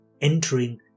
entering